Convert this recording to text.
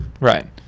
Right